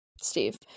Steve